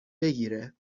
بگیره